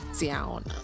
down